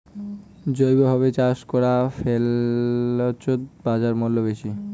জৈবভাবে চাষ করা ফছলত বাজারমূল্য বেশি